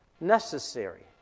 necessary